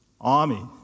Army